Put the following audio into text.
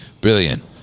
Brilliant